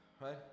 right